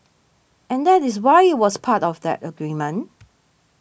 and that is why was part of the agreement